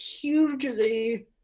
hugely